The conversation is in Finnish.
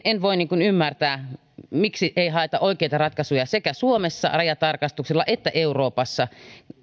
en voi ymmärtää miksi ei haeta oikeita ratkaisuja sekä suomessa rajatarkastuksilla että euroopassa